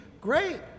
Great